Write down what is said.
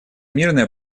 мирное